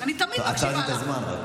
רק עצרתי את הזמן.